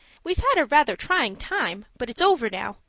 we've had a rather trying time but it's over now.